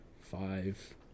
five